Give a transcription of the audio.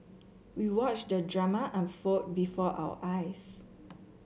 we watched the drama unfold before our eyes